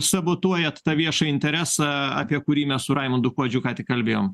sabotuojat tą viešąjį interesą apie kurį mes su raimundu kuodžiu ką tik kalbėjome